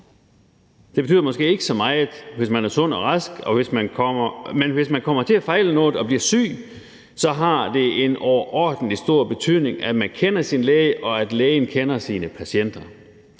Det betyder måske ikke så meget, hvis man er sund og rask, men hvis man kommer til at fejle noget og bliver syg, så har det en overordentlig stor betydning, at man kender sin læge, og at lægen kender sine patienter.